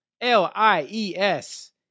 L-I-E-S